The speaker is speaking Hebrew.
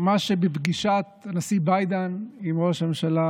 מה שבפגישת הנשיא ביידן עם ראש הממשלה